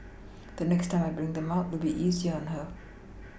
the next time I bring them out it'll be easier at her